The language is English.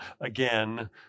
again